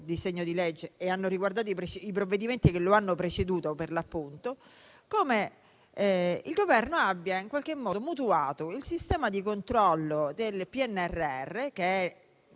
di legge e hanno riguardato i provvedimenti che lo hanno preceduto, come il Governo abbia in qualche modo mutuato il sistema di controllo del PNRR che,